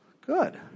Good